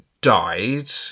died